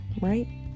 right